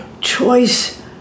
choice